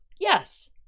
Yes